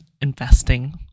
investing